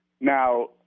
Now